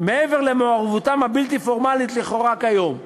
מעבר למעורבותו הבלתי-פורמלית, לכאורה, כיום,